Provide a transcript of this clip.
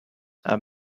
are